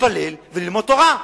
להתפלל וללמוד תורה.